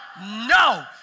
No